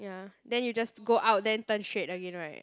ya then you just go out then turn straight again [right]